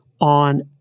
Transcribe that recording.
on